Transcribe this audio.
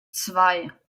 zwei